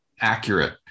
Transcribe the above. accurate